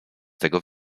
tego